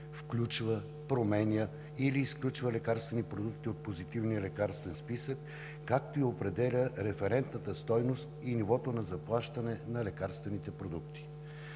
включва, променя или изключва лекарствени продукти от Позитивния лекарствен списък, както и определя референтната стойност и нивото на заплащане на лекарствените продукти.